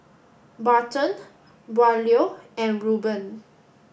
Barton Braulio and Reuben